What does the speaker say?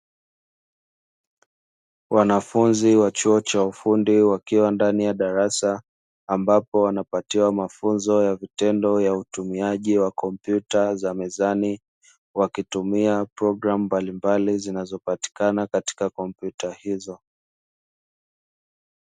Wanafunzi wa chuo cha ufundi wakiwa ndani ya darasa, ambapo wanapatiwa mafunzo ya vitendo ya utumiaji wa kompyuta, wakitumia mifumo mbalimbali, inayopatikana katika kompyuta hiyo.